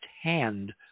hand